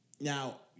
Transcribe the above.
Now